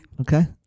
Okay